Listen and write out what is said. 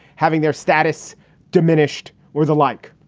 having their status diminished or the like.